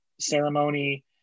ceremony